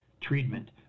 treatment